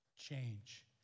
change